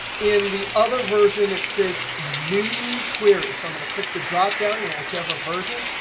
in the other version it says new queries. so i'm going to click the dropdown in whichever version,